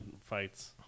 fights